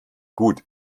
gut